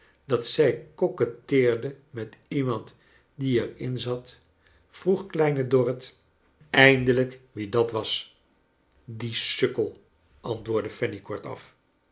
dat zij coquetteerde met iemand die er in zat vroeg kleine dorrit eindelijk wie dat was die sukkel antwoordde fanny kortaf